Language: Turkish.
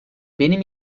benim